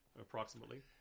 approximately